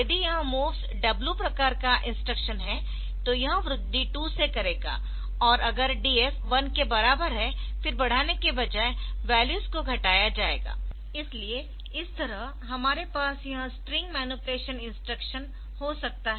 यदि यह MOVS W प्रकार का इंस्ट्रक्शन है तो यह वृद्धि 2 से करेगा और अगर DF 1 के बराबर है फिर बढ़ाने के बजाय वैल्यूज को घटाया जाएगा इसलिए इस तरह हमारे पास यह स्ट्रिंग मैनीपुलेशन इंस्ट्रक्शन हो सकता है